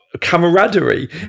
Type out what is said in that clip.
camaraderie